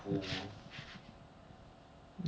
ya I know I know but I I'm just telling you as in like